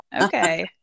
Okay